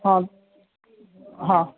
हां हां